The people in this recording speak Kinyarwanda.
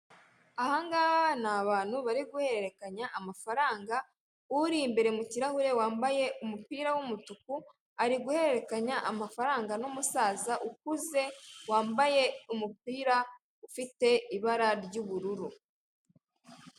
Aha ngaha ni abantu bari guhererekanya amafaranga, uri imbere mu kirahure wambaye umupira w'umutuku ari guhererekanya amafaranga n'umusaza ukuze, wambaye umupira ufite ibara ry'ubururu.